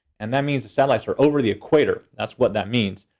and that means the satellites are over the equator. that's what that means.